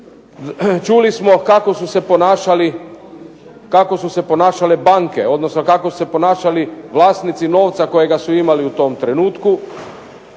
Čuli smo kako su se ponašale banke, odnosno kako su se ponašali vlasnici novca koji su ga imali u tom trenutku.